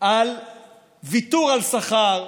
על ויתור על שכר,